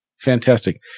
fantastic